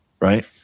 right